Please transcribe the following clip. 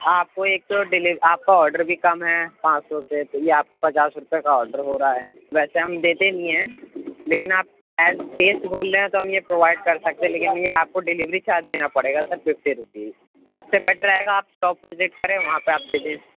آپ کو ایک تو آپ کا آرڈر بھی کم ہے پانچ سو سے تو یہ آپ کو پچاس روپے کا آرڈر ہو رہا ہے ویسے ہم دیتے نہیں ہیں لیکن آپ تو ہم یہ پرووائڈ کر سکتے ہیں لیکن یہ آپ کو ڈیلیوری چارج دینا پڑے گا سر ففٹی روپیز اُس سے بیٹر رہے گا آپ شاپ وزٹ کریں وہاں پہ آپ دے دیں